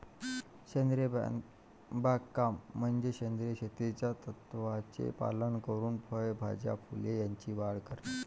सेंद्रिय बागकाम म्हणजे सेंद्रिय शेतीच्या तत्त्वांचे पालन करून फळे, भाज्या, फुले यांची वाढ करणे